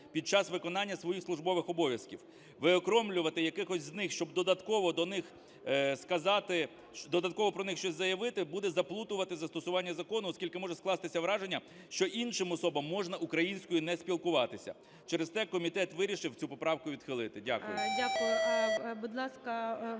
під час виконання своїх службових обов'язків. Виокремлювати якихось з них, щоб додатково до них сказати, додатково про них щось заявити, буде заплутувати застосування закону, оскільки може скластися враження, що іншим особам можна українською не спілкуватися. Через те комітет вирішив цю поправку відхилити. Дякую.